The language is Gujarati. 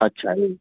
અચ્છા એવું